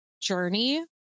journey